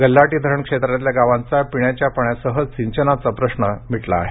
गल्हाटी धरण क्षेत्रातल्या गावांचा पिण्याच्या पाण्यासह सिंचनाचा प्रश्न मिटला आहे